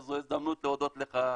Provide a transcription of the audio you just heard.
אז זו הזדמנות להודות לך,